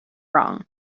wrong